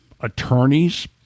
attorneys